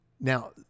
Now